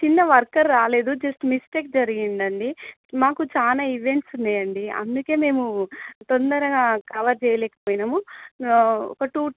కింద వర్కర్ రాలేదు just mistake జరిగింది అండి మాకు చాలా ఈవెంట్స్ ఉన్నాయండి అందుకే మేము తొందరగా కవర్ చేయలేకపోయినాము ఒక టూ